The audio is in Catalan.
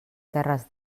terres